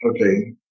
Okay